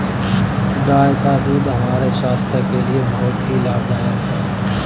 गाय का दूध हमारे स्वास्थ्य के लिए बहुत ही लाभदायक होता है